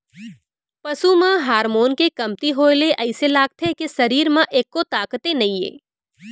पसू म हारमोन के कमती होए ले अइसे लागथे के सरीर म एक्को ताकते नइये